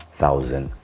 thousand